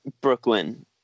Brooklyn